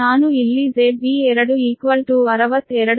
ನಾನು ಇಲ್ಲಿ ZB2 62